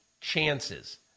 chances